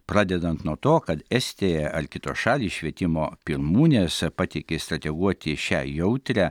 pradedant nuo to kad estija ar kitos šalys švietimo pirmūnės patiki strateguoti šią jautrią